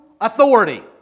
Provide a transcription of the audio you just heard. authority